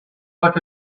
like